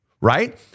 Right